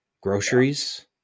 groceries